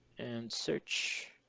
and search